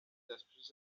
després